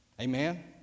Amen